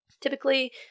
Typically